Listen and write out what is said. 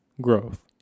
Growth